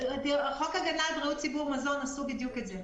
בחוק הגנה על בריאות הציבור (מזון) עשו בדיוק את זה.